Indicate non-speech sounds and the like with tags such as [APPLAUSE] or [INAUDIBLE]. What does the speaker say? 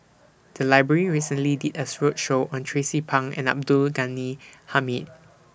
The Library recently did A [UNINTELLIGIBLE] roadshow on Tracie Pang and Abdul Ghani Hamid